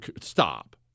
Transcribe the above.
stop